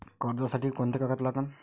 कर्जसाठी कोंते कागद लागन?